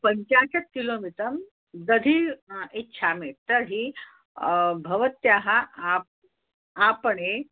पञ्चाशत् किलोमितं दधिः इच्छामि तर्हि भवत्याः आप् आपणे